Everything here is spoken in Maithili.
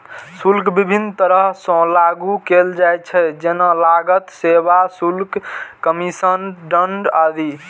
शुल्क विभिन्न तरह सं लागू कैल जाइ छै, जेना लागत, सेवा शुल्क, कमीशन, दंड आदि